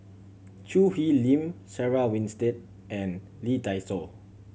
Choo Hwee Lim Sarah Winstedt and Lee Dai Soh